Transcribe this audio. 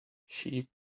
sheep